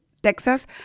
Texas